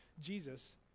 Jesus